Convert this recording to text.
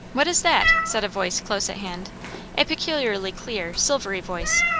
what is that? said a voice close at hand a peculiarly clear, silvery voice.